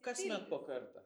kasmet po kartą